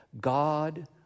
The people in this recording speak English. God